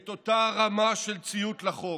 את אותה רמה של ציות לחוק.